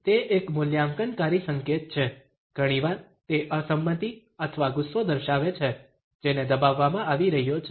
તે એક મૂલ્યાંકનકારી સંકેત છે ઘણીવાર તે અસંમતિ અથવા ગુસ્સો દર્શાવે છે જેને દબાવવામાં આવી રહ્યો છે